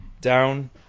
down